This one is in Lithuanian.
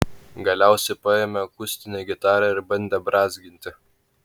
galiausiai paėmė akustinę gitarą ir bandė brązginti